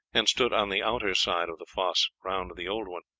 and stood on the outer side of the fosse round the old one.